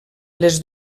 les